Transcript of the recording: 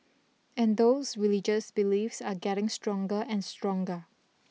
and those religious beliefs are getting stronger and stronger